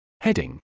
Heading